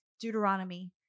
Deuteronomy